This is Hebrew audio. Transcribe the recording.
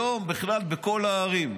היום בכלל בכל הערים,